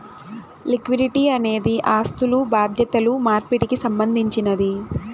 liquidity అనేది ఆస్థులు బాధ్యతలు మార్పిడికి సంబంధించినది